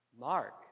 Mark